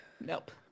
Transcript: nope